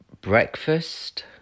breakfast